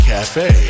Cafe